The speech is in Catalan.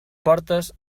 portes